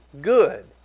good